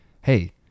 hey